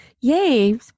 yay